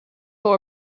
more